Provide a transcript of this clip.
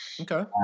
Okay